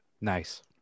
Nice